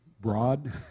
broad